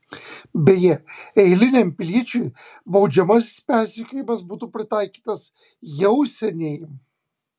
beje eiliniam piliečiui baudžiamasis persekiojimas būtų pritaikytas jau seniai